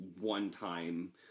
one-time